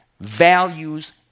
values